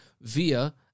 via